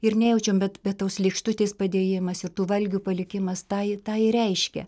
ir nejaučiam bet bet tos lėkštutės padėjimas ir tų valgių palikimas tą i tą ir reiškia